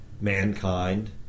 mankind